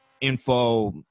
info